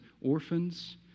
orphans